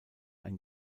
ein